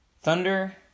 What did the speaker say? Thunder